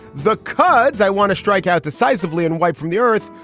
the kurds. i want to strike out decisively and wipe from the earth.